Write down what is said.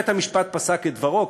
בית-המשפט פסק את דברו,